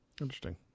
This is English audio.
interesting